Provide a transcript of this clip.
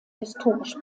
historisch